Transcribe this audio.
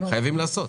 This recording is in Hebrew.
חייבים לעשות.